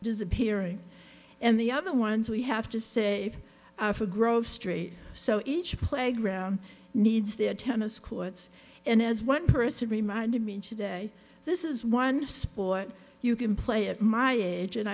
disappearing and the other ones we have to save for grove street so each playground needs their tennis courts and as one person reminded me today this is one sport you can play at my age and